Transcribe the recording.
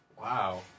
wow